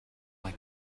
like